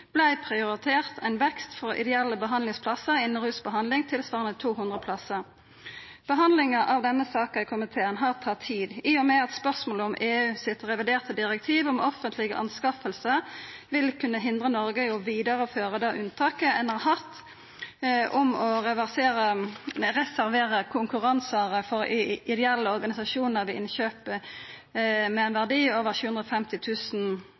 prioritert ein vekst for ideelle behandlingsplassar innan rusbehandling tilsvarande 200 plassar. Behandlinga av denne saka i komiteen har tatt tid, i og med at spørsmålet om EU sitt reviderte direktiv om offentlege anskaffingar vil kunna hindra Noreg i å vidareføra det unntaket ein har hatt om å reservera konkurransar for ideelle organisasjonar ved innkjøp med ein